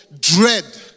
dread